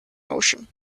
motion